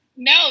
No